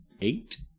Eight